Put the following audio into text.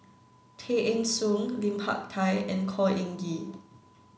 Tay Eng Soon Lim Hak Tai and Khor Ean Ghee